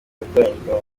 yatoranyijwe